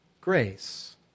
grace